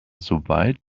soweit